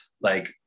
Like-